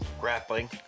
grappling